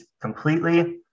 completely